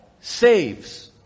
saves